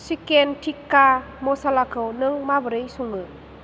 chicken tikka मसालाखौ नों माबोरै सङो